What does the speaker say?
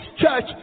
church